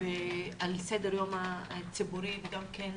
על סדר היום הציבורי גם כן,